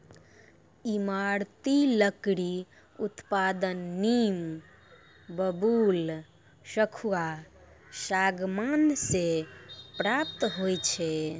ईमारती लकड़ी उत्पादन नीम, बबूल, सखुआ, सागमान से प्राप्त होय छै